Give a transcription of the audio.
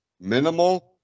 minimal